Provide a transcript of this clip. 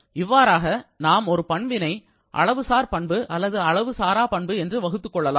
இவ்வாறாக நாம் ஒரு பண்பினை அளவுசார் பண்பு அல்லது அளவு சாரா பண்பு என்று வகுத்துக் கொள்ளலாம்